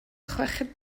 chweched